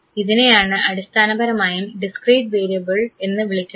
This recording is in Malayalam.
ഇതിനെയാണ് അടിസ്ഥാനപരമായും ഡിസ്ക്രീറ്റ് വേരിയബിൾ എന്ന് വിളിക്കുന്നത്